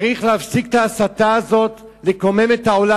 צריך להפסיק את ההסתה הזאת, לקומם את העולם.